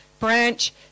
branch